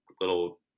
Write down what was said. little